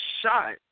shot